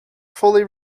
fully